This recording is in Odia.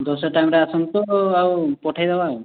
ଦଶଟା ଟାଇମ୍ରେ ଆସନ୍ତୁ ଆଉ ପଠାଇଦେବା ଆଉ